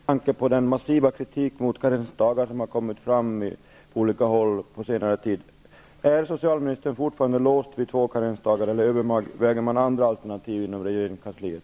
Herr talman! Jag skulle vilja vända mig till socialministern med anledning av den massiva kritik mot karensdagar som riktats från olika håll på senare tid. Är socialministern fortfarande låst vid tanken om två karensdagar, eller övervägs andra alternativ inom regeringskansliet?